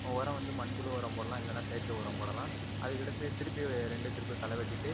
உரம் வந்து மண்புழு உரம் போடலாம் இல்லைனா செயற்கை உரம் போடலாம் அதுக்கடுத்து திரும்பி ரெண்டு டிரிப்பு களை வெட்டிவிட்டு